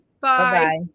Bye